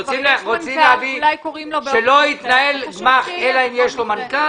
רוצים לומר שלא יתנהל גמ"ח אלא אם יש לו מנכ"ל?